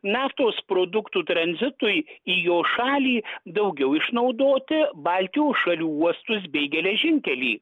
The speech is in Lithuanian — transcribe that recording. naftos produktų tranzitui į jo šalį daugiau išnaudoti baltijos šalių uostus bei geležinkelį